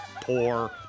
poor